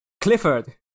clifford